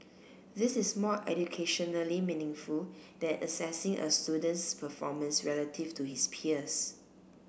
this is more educationally meaningful than assessing a student's performance relative to his peers